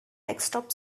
desktop